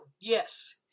Yes